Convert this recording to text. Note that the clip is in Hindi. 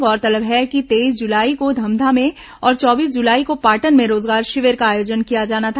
गौरतलब है कि तेईस जुलाई को धमधा में और चौबीस जुलाई को पाटन में रोजगार शिविर का आयोजन किया जाना था